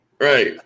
Right